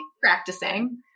practicing